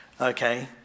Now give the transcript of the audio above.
okay